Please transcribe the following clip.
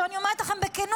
עכשיו אני אומרת לכם בכנות,